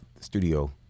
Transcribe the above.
studio